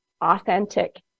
authentic